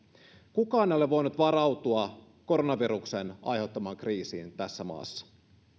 kukaan ei ole voinut varautua koronaviruksen aiheuttamaan kriisiin tässä maassa